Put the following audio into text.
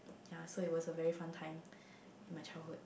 ya so it was a very fun time in my childhood